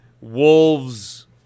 Wolves